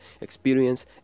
experience